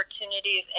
opportunities